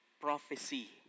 prophecy